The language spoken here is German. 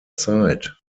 zeit